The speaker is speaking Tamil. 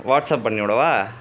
வாட்ஸ்சப் பண்ணிவிடவா